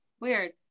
weird